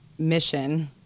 Mission